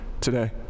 today